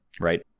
right